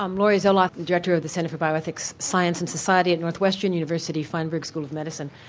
um laurie zoloth, director of the centre for bioethics science and society at north western university, feinburg school of medicine.